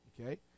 Okay